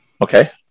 Okay